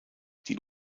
die